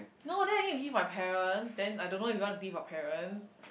no but then I need to give my parent then I don't know if you want to give your parents